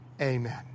Amen